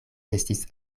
estis